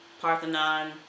Parthenon